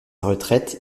retraite